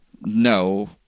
No